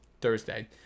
Thursday